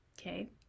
Okay